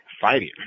fighting